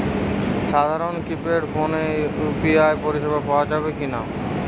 সাধারণ কিপেড ফোনে ইউ.পি.আই পরিসেবা পাওয়া যাবে কিনা?